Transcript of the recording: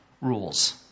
rules